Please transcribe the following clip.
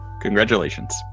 Congratulations